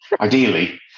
ideally